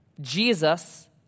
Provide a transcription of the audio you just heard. Jesus